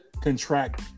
contract